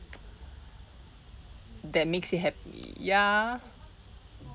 that makes me happy ya